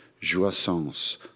joissance